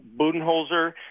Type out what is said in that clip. Budenholzer